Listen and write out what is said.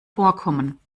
vorkommen